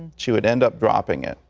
she would end up dropping it.